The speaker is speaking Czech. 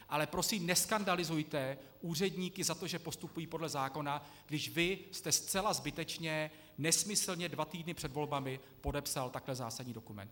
Ale prosím, neskandalizujte úředníky za to, že postupují podle zákona, když vy jste zcela zbytečně, nesmyslně dva týdny před volbami podepsal takhle zásadní dokument.